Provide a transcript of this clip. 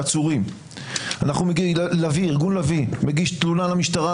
עצורים; ארגון לביא מגיש תלונה למשטרה,